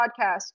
podcast